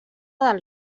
del